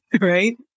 right